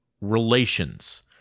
relations